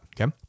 okay